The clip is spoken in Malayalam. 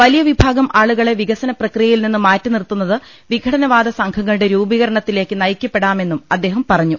വലിയ വിഭാഗം ആളുകളെ വികസന പ്രക്രിയയിൽ നിന്ന് മാറ്റി നിർത്തു ന്നത് വിഘടനവാദ സംഘങ്ങളുടെ രൂപീകര്ത്തിലേക്ക് നയിക്ക പ്പെടാമെന്നും അദ്ദേഹം പറഞ്ഞു